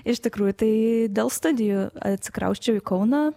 iš tikrųjų tai dėl studijų atsikrausčiau į kauną